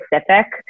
specific